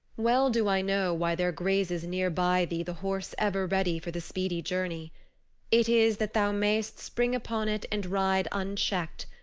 well do i know why there grazes near by thee the horse ever ready for the speedy journey it is that thou mayst spring upon it and ride unchecked,